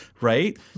right